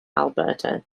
alberta